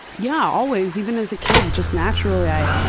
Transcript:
yeah, always even as a kid just naturally i,